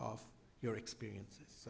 of your experience